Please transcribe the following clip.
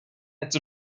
its